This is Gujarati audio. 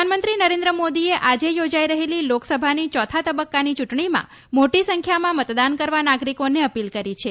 પ્રધાનમંત્રી નરેન્દ્ર મોદીએ આજે યોજાઈ રહેલી લોકસભાની ચોથા તબક્કાની ચૂંટણીમાં મોટી સંખ્યામાં મતદાન કરવા નાગરિકોને અપીલ કરી છે